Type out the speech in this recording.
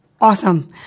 Awesome